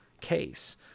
case